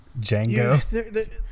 Django